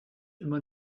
immer